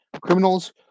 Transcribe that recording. criminals